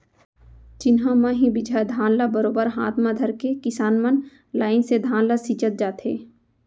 चिन्हा म ही बीजहा धान ल बरोबर हाथ म धरके किसान मन लाइन से धान ल छींचत जाथें